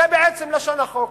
זה בעצם לשון החוק.